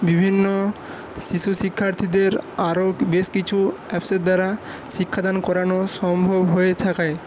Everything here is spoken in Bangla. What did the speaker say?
বিভিন্ন শিশু শিক্ষার্থীদের আর বেশ কিছু অ্যাপসের দ্বারা শিক্ষাদান করানো সম্ভব হয়ে থাকে